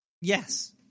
yes